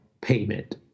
payment